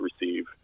receive